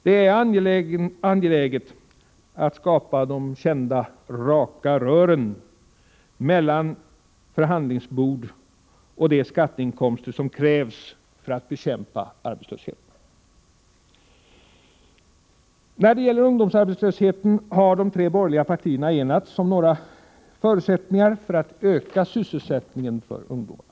Det är angeläget att åstadkomma de kända ”raka rören” mellan förhandlingsbord och de skatteinkomster som krävs för att bekämpa arbetslösheten. När det gäller ungdomsarbetslösheten har de tre borgerliga partierna enats om några förutsättningar för att öka sysselsättningen för ungdomarna.